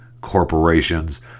corporations